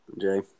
Jay